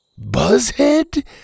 Buzzhead